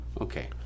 okay